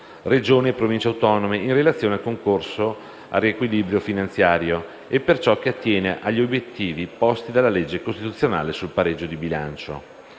Regioni e Province autonome, in relazione al concorso al riequilibrio finanziario e per ciò che attiene agli obiettivi posti dalla legge costituzionale sul pareggio di bilancio.